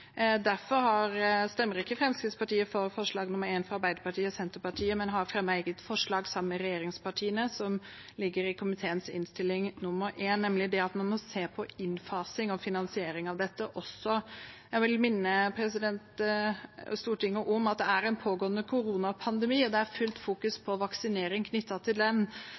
Derfor stemmer ikke Fremskrittspartiet for forslag nr. 1, fra Arbeiderpartiet og Senterpartiet, men har fremmet eget forslag sammen med regjeringspartiene, som ligger i komiteens innstilling til vedtak I, nemlig at man må se på innfasing og finansiering av dette også. Jeg vil minne Stortinget om at det er en pågående koronapandemi, og det er fullt fokus på vaksinering knyttet til den.